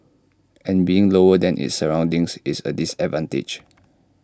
and being lower than its surroundings is A disadvantage